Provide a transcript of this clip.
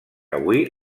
avui